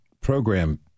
program